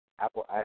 Apple